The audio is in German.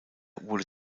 wurde